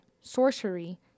sorcery